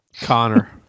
Connor